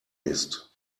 ist